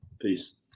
Peace